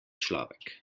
človek